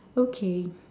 okay